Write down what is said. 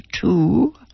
two